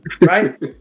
right